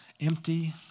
empty